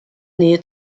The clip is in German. nähe